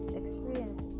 experience